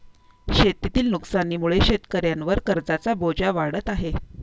शेतीतील नुकसानीमुळे शेतकऱ्यांवर कर्जाचा बोजा वाढत आहे